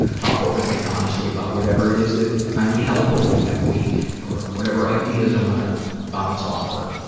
ah talk openly and honestly about whatever it is that i need help with that week, or whatever ideas i wanna bounce off her.